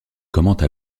commente